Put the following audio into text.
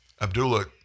Abdullah